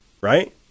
right